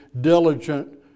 diligent